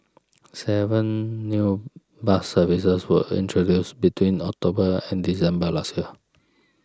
seven new bus services were introduced between October and December last year